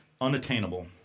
unattainable